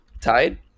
tied